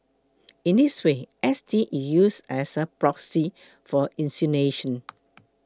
in this way S T is used as a proxy for insinuation